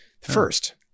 First